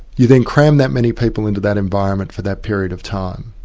you then cram that many people into that environment for that period of time,